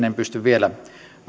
en pysty vielä